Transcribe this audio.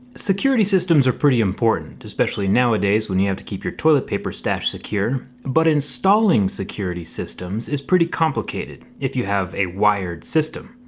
security systems are pretty important. especially nowadays when you have to keep your toilet paper stash secure. but installing security systems is pretty complicated if you have a wired system.